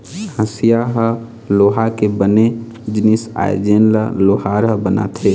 हँसिया ह लोहा के बने जिनिस आय जेन ल लोहार ह बनाथे